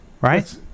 right